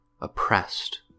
oppressed